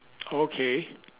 okay